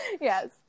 Yes